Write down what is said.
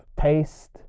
taste